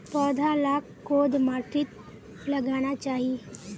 पौधा लाक कोद माटित लगाना चही?